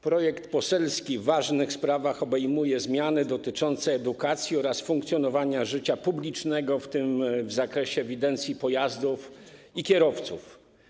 Projekt poselski w ważnych sprawach obejmuje zmiany dotyczące edukacji oraz funkcjonowania życia publicznego, w tym w zakresie ewidencji pojazdów i kierowców.